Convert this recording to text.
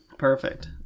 Perfect